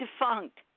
defunct